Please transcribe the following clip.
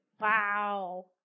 wow